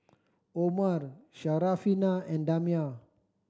Omar Syarafina and Damia